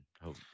hope